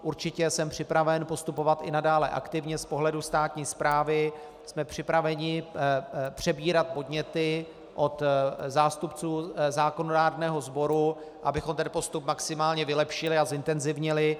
Určitě jsem připraven postupovat i nadále aktivně, z pohledu státní správy jsme připraveni přebírat podněty od zástupců zákonodárného sboru, abychom ten postup maximálně vylepšili a zintenzivnili.